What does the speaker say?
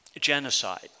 genocide